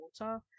water